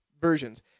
versions